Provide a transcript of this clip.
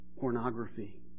pornography